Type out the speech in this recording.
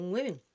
Women